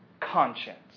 conscience